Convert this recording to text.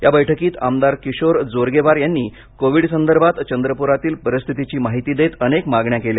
या बैठकीत आमदार किशोर जोरगेवार यांनी कोवीड संदर्भात चंद्रपूरातील परिस्थीतीची माहिती देत अनेक मागण्या केल्या